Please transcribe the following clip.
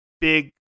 big